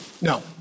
No